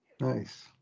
Nice